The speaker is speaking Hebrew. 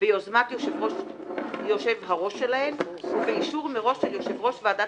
ביוזמת יושב הראש שלהן ובאישור מראש של יושב ראש ועדתהחוץוהביטחון,